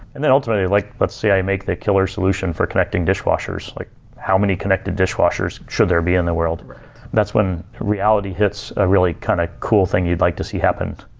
and then ultimately, like let's say i make the killer solution for connecting dishwashers. like how many connected dishwashers should there be in the world? that's when reality hits a really kind of cool thing you'd like to see happen